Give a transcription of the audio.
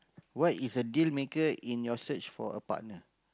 what is a dealmaker in your search for a partner